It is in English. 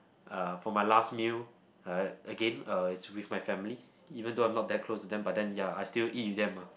uh for my last meal uh again uh it's with my family even though I'm not very close to them but ya I still eat with them ah